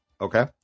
Okay